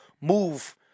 move